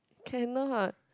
cannot